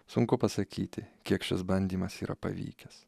sunku pasakyti kiek šis bandymas yra pavykęs